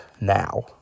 now